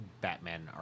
Batman